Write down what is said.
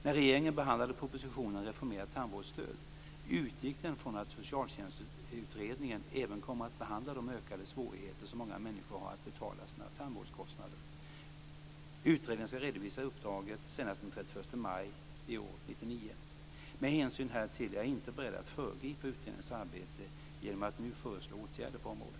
När regeringen behandlade propositionen Reformerat tandvårdsstöd utgick den från att Socialtjänstutredningen även kommer att behandla de ökade svårigheter som många människor har att betala sina tandvårdskostnader. Utredningen skall redovisa uppdraget senast den 31 maj 1999. Med hänsyn härtill är jag inte beredd att föregripa utredningens arbete genom att nu föreslå åtgärder på området.